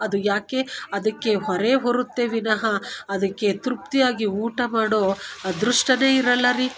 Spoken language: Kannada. ಅದು ಯಾಕೆ ಅದಕ್ಕೆ ಹೊರೆ ಹೊರುತ್ತೆ ವಿನಃ ಅದಕ್ಕೆ ತೃಪ್ತಿಯಾಗಿ ಊಟ ಮಾಡೋ ಅದೃಷ್ಟ ಇರಲ್ಲ ರೀ